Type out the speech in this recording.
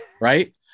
right